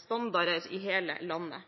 standarder